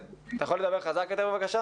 וגם הביאו מתווה שעשוי לפתור חלק גדול מהבעיה.